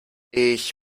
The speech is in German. ich